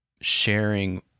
sharing